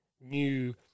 new